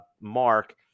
mark